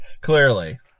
Clearly